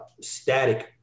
static